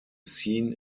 seen